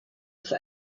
for